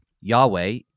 Yahweh –